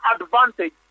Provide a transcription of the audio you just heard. advantage